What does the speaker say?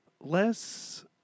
Less